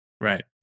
Right